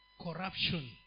corruption